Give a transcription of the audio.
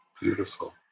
Beautiful